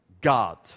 God